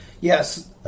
yes